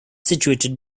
situated